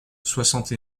soixante